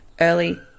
early